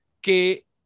que